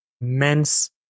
men's